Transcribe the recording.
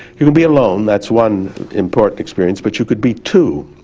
you can be alone, that's one important experience, but you could be two